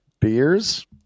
beers